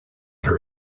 her